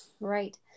Right